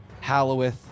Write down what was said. Hallowith